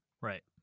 right